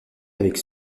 avec